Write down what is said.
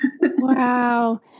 Wow